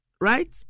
Right